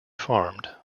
farmed